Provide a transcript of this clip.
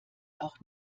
auch